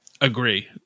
Agree